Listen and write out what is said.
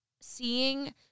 seeing